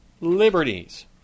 liberties